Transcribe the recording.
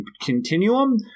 continuum